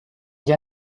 gli